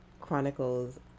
Chronicles